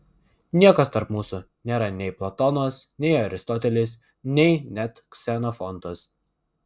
niekas tarp mūsų nėra nei platonas nei aristotelis nei net ksenofontas